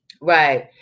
Right